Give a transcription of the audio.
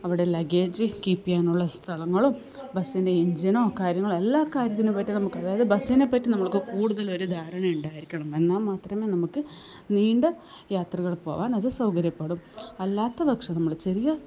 അവിടെ luggage keep ചെയ്യാനുള്ള സ്ഥലങ്ങളും ബസ്സിൻ്റെ എഞ്ചിനോ കാര്യങ്ങളോ എല്ലാ കാര്യത്തിനെപ്പറ്റി നമുക്ക് അതായത് ബസ്സിനെപ്പറ്റി നമ്മൾക്ക് കൂടുതലൊരു ധാരണ ഉണ്ടായിരിക്കണം എന്നാല് മാത്രമേ നമുക്ക് നീണ്ട യാത്രകൾ പോവാൻ അത് സൗകര്യപ്പെടുകയുള്ളൂ അല്ലാത്തപക്ഷം നമ്മള് ചെറിയ